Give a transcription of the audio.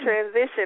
transition